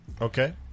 Okay